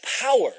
power